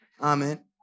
Amen